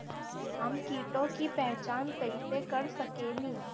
हम कीटों की पहचान कईसे कर सकेनी?